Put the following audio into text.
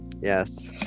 yes